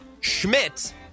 Schmidt